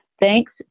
Thanks